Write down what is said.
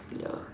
ya